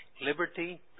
liberty